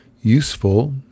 useful